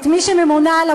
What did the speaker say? באמת,